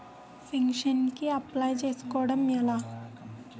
Pension కి apply చేసుకోవడం ఎలా?